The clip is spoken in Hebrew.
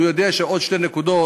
והוא יודע שעוד שתי נקודות